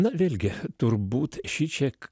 na vėlgi turbūt šičia